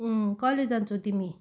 अँ कहिले जान्छौ तिमी